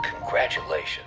Congratulations